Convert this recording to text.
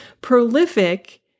Prolific